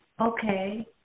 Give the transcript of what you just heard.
Okay